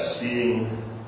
seeing